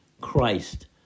Christ